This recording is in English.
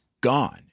gone